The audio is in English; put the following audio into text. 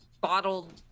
bottled